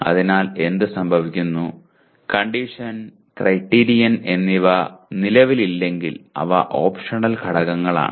അതിനാൽ എന്ത് സംഭവിക്കുന്നു കണ്ടീഷൻ ക്രൈറ്റീരിയൻ എന്നിവ നിലവിലില്ലെങ്കിൽ അവ ഓപ്ഷണൽ ഘടകങ്ങളാണ്